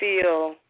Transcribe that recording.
feel